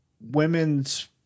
women's